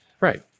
right